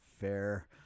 fair